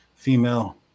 female